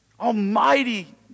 Almighty